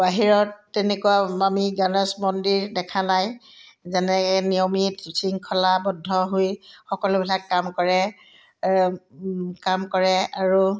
বাহিৰত তেনেকুৱা আমি গণেশ মন্দিৰ দেখা নাই যেনেকৈ নিয়মিত শৃংখলাবদ্ধ হৈ সকলোবিলাক কাম কৰে কাম কৰে আৰু